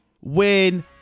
Win